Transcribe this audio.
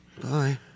Bye